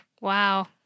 Wow